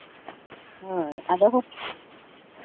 ᱦᱳᱭ ᱟᱫᱚ ᱦᱟᱸᱜ